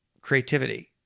creativity